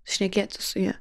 šnekėti su ja